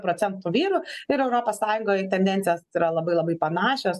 procentų vyrų ir europos sąjungoj tendencijos yra labai labai panašios